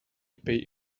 pay